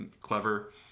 clever